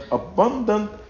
abundant